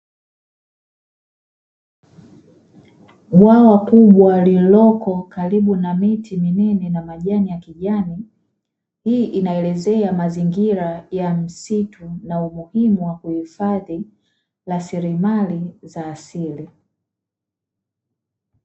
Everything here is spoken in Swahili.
Bwawa kubwa, lililoko karibu na miti minene na majani ya kijani. Hii inaelezea mazingira ya msitu na umuhimu wa kuhifadhi rasilimali za asili.